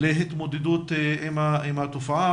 להתמודדות עם התופעה,